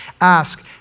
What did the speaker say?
ask